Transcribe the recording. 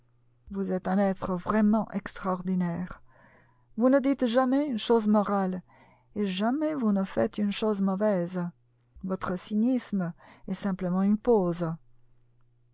vous êtes un être vraiment extraordinaire vous ne dites jamais une chose morale et jamais vous ne faites une chose mauvaise votre cynisme est simplement une pose